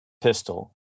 pistol